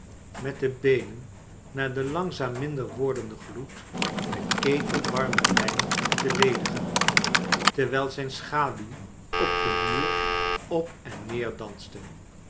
met de beenen naar den langzaam minder wordenden gloed den ketel warmen wijn te ledigen terwijl zijn schaduw op den muur op en neer danste